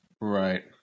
Right